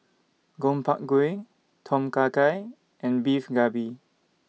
Gobchang Gui Tom Kha Gai and Beef Galbi